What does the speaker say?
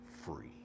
free